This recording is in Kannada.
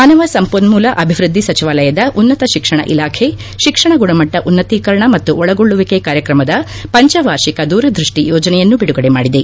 ಮಾನವ ಸಂಪನ್ಮೂಲ ಅಭಿವೃದ್ಧಿ ಸಚಿವಾಲಯದ ಉನ್ನತ ಶಿಕ್ಷಣ ಇಲಾಖೆ ಶಿಕ್ಷಣ ಗುಣಮಟ್ಟ ಉನ್ನತೀಕರಣ ಮತ್ತು ಒಳಗೊಳ್ಳುವಿಕೆ ಕಾರ್ಯಕ್ರಮದ ಪಂಚವಾರ್ಷಿಕ ದೂರದೃಷ್ಟಿ ಯೋಜನೆಯನ್ನು ಬಿಡುಗಡೆ ಮಾಡಿದೆ